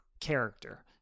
character